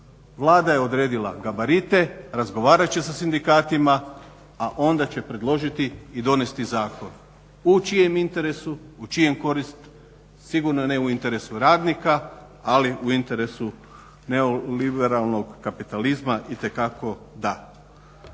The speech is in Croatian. Vlada je odredila gabarite, razgovarat će sa sindikatima, a onda će predložiti i donesti zakon. u čijem interesu? U čiju korist? Sigurno ne u interesu radnika ali u interesu neoliberalnog kapitalizma itekako da.